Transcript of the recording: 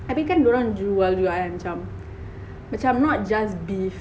tapi kan dia orang jual jugak kan macam macam not just beef